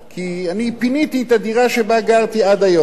כי אני פיניתי את הדירה שבה גרתי עד היום,